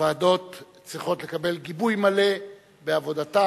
הוועדות צריכות לקבל גיבוי מלא בעבודתן.